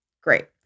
Great